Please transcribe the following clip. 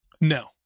No